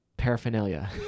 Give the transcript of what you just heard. paraphernalia